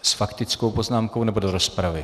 S faktickou poznámkou, nebo do rozpravy?